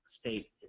state